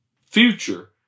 future